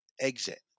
exit